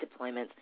deployments